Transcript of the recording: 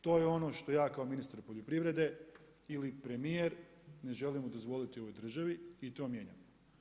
To je ono što ja kao ministar poljoprivrede ili premijer ne želimo dozvoliti u ovoj državi i to mijenjamo.